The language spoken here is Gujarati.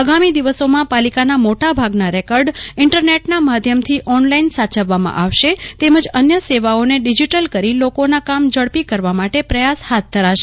આગામી દિવસોમાં પાલિકાના મોટાભાગના રેકર્ડ ઈન્ટરનેટના માધ્યમથી ઓનલાઈન સાચવવામાં આવશે તેમજ અન્ય સેવાઓને ડીજીટલ કરી લોકોના કામ ઝડપી કરવા માટે પ્રયાસ હાથ ધરાશે